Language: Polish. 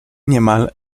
niemal